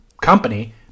company